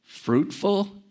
fruitful